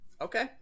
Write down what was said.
Okay